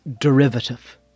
derivative